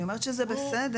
אני אומרת שזה בסדר,